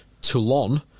Toulon